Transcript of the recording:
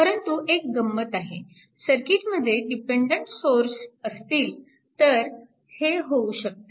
परंतु एक गंमत आहे सर्किटमध्ये डिपेन्डन्ट सोर्स असतील तर हे होऊ शकते